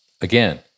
again